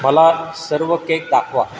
मला सर्व केक दाखवा